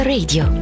Radio